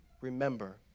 remember